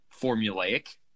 formulaic